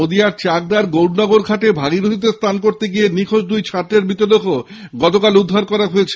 নদীয়ার চাকদার গৌরনগর ঘাটে ভাগীরখী নদীতে স্নান করতে গিয়ে নিখোঁজ দুই ছাত্রের মৃতদেহ গতকাল উদ্ধার হয়েছে